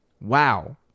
Wow